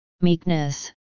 meekness